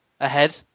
ahead